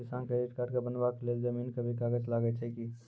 किसान credit card बनबा के लेल जमीन के भी कागज लागै छै कि?